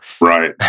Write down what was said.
right